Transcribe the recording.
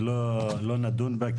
לא נדון בה,